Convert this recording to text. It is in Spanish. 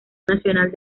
nacional